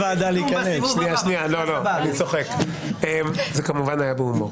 היה בהומור.